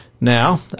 Now